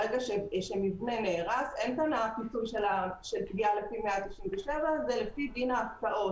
ברגע שמבנה נהרס אין כאן פיצוי של תביעה לפי 197 אלא לפי דין ההפקעות.